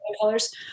colors